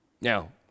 Now